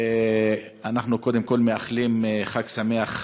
אנחנו קודם כול מאחלים חג שמח,